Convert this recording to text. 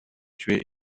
tués